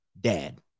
dad